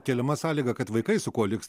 keliama sąlyga kad vaikai su kuo liks